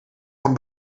van